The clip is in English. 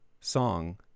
song